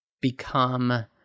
become